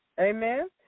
Amen